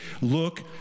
look